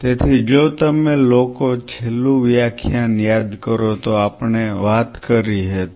તેથી જો તમે લોકો છેલ્લું વ્યાખ્યાન યાદ કરો તો આપણે વાત કરી હતી